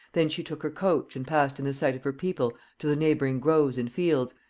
then she took her coach and passed in the sight of her people to the neighbouring groves and fields,